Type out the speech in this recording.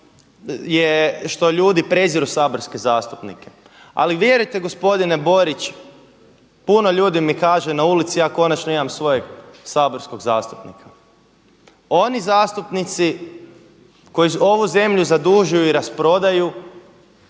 to što ljudi preziru saborske zastupnike. Ali vjerujte gospodine Borić, puno ljudi mi kaže na ulici ja konačno imam svojeg saborskog zastupnika. Oni zastupnici koji ovu zemlju zadužuju i rasprodaju,